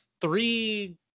three